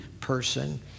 person